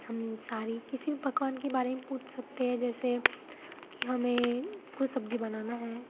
हम सारे किसी भी पकवान के बारे में पूछ सकते हैं जैसे कि हमें कोई सब्ज़ी बनाना है